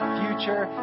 future